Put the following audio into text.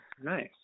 nice